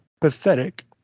pathetic